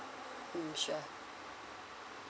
mm sure